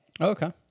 Okay